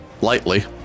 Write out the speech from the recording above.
Lightly